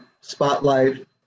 spotlight